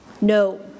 no